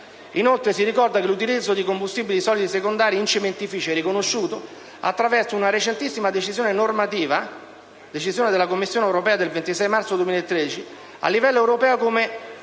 Inoltre, si ricorda che l'utilizzo di combustibili solidi secondari in cementifici è riconosciuto, attraverso una recentissima decisione normativa (decisione della Commissione europea del 26 marzo 2013), a livello europeo come